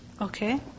Okay